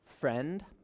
friend